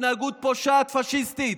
התנהגות פושעת פשיסטית.